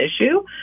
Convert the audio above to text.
issue